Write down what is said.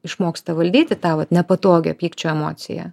išmoksta valdyti tą vat nepatogią pykčio emociją